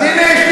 אז הנה,